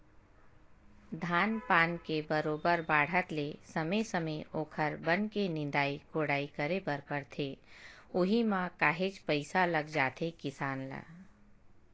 धान पान के बरोबर बाड़हत ले समे समे ओखर बन के निंदई कोड़ई करे बर परथे उहीं म काहेच पइसा लग जाथे किसान ल